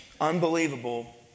unbelievable